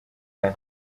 kane